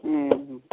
हूँ